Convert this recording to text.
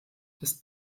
des